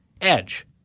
edge